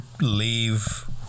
leave